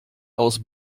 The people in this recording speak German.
aus